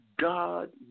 God